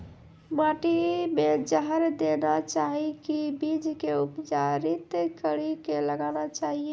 माटी मे जहर देना चाहिए की बीज के उपचारित कड़ी के लगाना चाहिए?